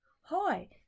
Hi